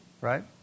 right